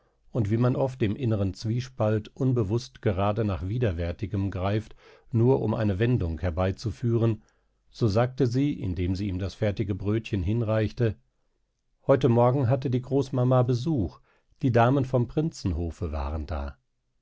und wie man oft im inneren zwiespalt unbewußt gerade nach widerwärtigem greift nur um eine wendung herbeizuführen so sagte sie indem sie ihm das fertige brötchen hinreichte heute morgen hatte die großmama besuch die damen vom prinzenhofe waren da